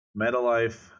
MetaLife